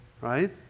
Right